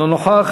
אינו נוכח.